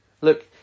look